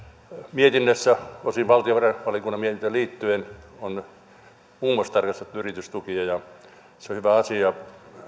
mietinnössä osin valtiovarainvaliokunnan mietintöön liittyen on muun muassa tarkastettu yritystukia ja se on hyvä asia